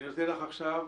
אני נותן לך עכשיו.